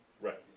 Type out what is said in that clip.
Right